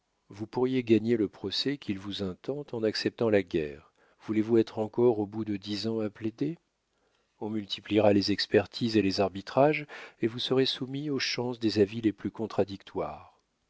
vous pourriez gagner le procès qu'ils vous intentent en acceptant la guerre voulez-vous être encore au bout de dix ans à plaider on multipliera les expertises et les arbitrages et vous serez soumis aux chances des avis les plus contradictoires